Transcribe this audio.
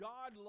God